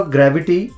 Gravity